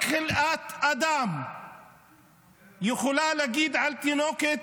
רק חלאת אדם יכולה להגיד על תינוקת